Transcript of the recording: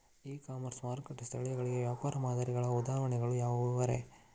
E commerce ಮಾರುಕಟ್ಟೆ ಸ್ಥಳಗಳಿಗೆ ವ್ಯಾಪಾರ ಮಾದರಿಗಳ ಉದಾಹರಣೆಗಳು ಯಾವವುರೇ?